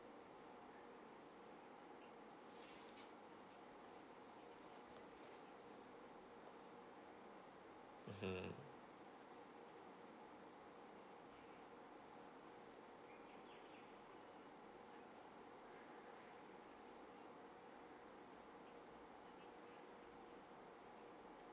mm